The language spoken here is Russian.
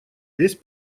весь